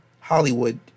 Hollywood